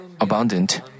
abundant